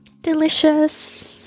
Delicious